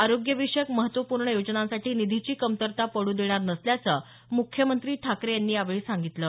आरोग्य विषयक महत्वपूर्ण योजनांसाठी निधीची कमतरता पडू देणार नसल्याचं मुख्यमंत्री ठाकरे यांनी यावेळी सांगितलं